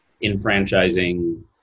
enfranchising